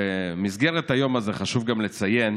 במסגרת היום הזה חשוב גם לציין